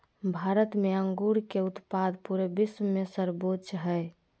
भारत में अंगूर के उत्पाद पूरे विश्व में सर्वोच्च हइ